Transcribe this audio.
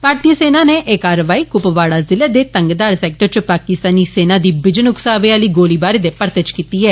भारतीय सेना नै एह कारवाई क्पवाड़ा जिलें दे तंगधार सैक्टर च पाकिस्तानी सेना दी बिजन उकसावे आली गोलीबारी दे परते च कीती ऐ